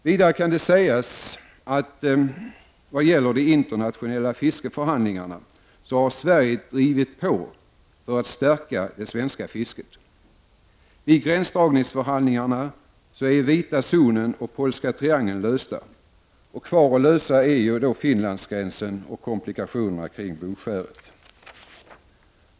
Vidare kan sägas att Sverige när det gäller de internationella fiskeförhandlingarna har drivit på för att stärka det svenska fisket. Vid gränsdragningsförhandlingarna är frågorna gällande Vita zonen och Polska triangeln lösta. Kvar att lösa är frågan om Finlandsgränsen och komplikationerna kring Bogskäret.